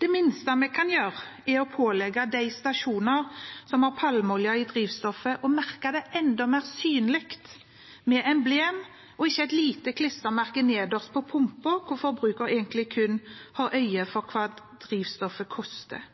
Det minste vi kan gjøre, er å pålegge de stasjoner som har palmeolje i drivstoffet, å merke det enda mer synlig med emblem og ikke med et lite klistremerke nederst på pumpa, hvor forbruker egentlig kun har øye for hva drivstoffet koster.